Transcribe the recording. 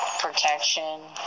protection